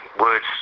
words